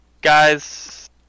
Guys